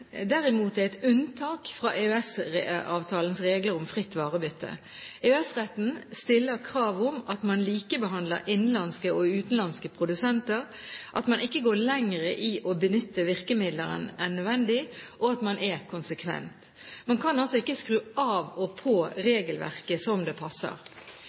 derimot, er et unntak fra EØS-avtalens regler om fritt varebytte. EØS-retten stiller krav om at man likebehandler innenlandske og utenlandske produsenter, at man ikke går lenger i å benytte virkemidler enn nødvendig, og at man er konsekvent. Man kan altså ikke skru av og på regelverket som det passer.